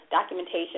documentation